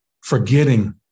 Forgetting